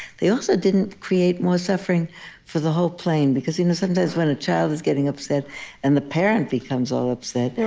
they also didn't create more suffering for the whole plane, because you know sometimes when a child is getting upset and the parent becomes all upset,